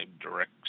direct